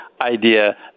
idea